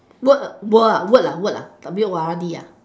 what world ah word ah word W O R D ah